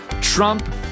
Trump